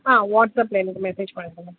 ஆ வாட்ஸ்அப்பில் எனக்கு மெசேஜ் பண்ணிடுங்க